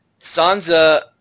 Sansa